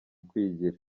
kwigira